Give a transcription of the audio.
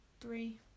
three